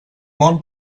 món